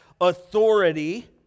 authority